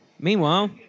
Meanwhile